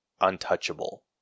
Untouchable